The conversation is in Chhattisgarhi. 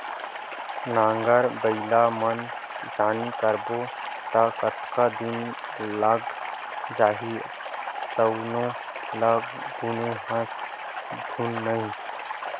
नांगर बइला म किसानी करबो त कतका दिन लाग जही तउनो ल गुने हस धुन नइ